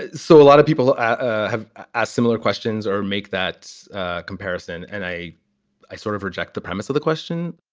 so a lot of people have asked similar questions or make that comparison. and i i sort of reject the premise of the question.